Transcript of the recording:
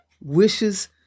wishes